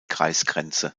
kreisgrenze